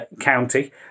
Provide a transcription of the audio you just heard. county